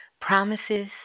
Promises